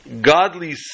godly